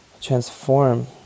transform